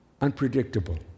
unpredictable